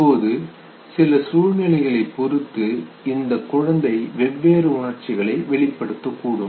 இப்பொழுது சில சூழ்நிலைகளைப் பொறுத்து இந்த குழந்தை வெவ்வேறு உணர்ச்சிகளை வெளிப்படுத்தக் கூடும்